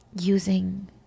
Using